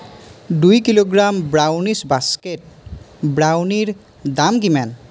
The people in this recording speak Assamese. দুই কিলোগ্ৰাম ব্ৰাউনিছ বাস্কেট ব্ৰাউনিৰ দাম কিমান